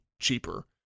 cheaper